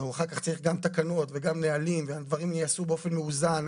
ואחר כך הוא צריך גם תקנות וגם נהלים והדברים ייעשו באופן מאוזן,